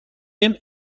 him